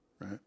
right